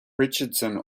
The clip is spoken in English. richardson